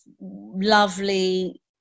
lovely